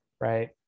right